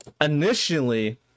initially